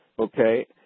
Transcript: Okay